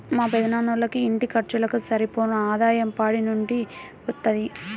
మా పెదనాన్నోళ్ళకి ఇంటి ఖర్చులకు సరిపోను ఆదాయం పాడి నుంచే వత్తది